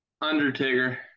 Undertaker